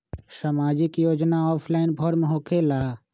समाजिक योजना offline form होकेला?